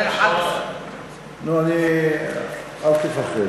לא, אל תפחד,